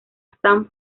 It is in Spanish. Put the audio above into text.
san